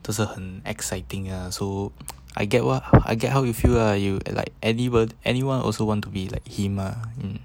都是很 exciting ah so I get what I get how you feel lah you are you are like anybod~ anyone also want to be like him lah hmm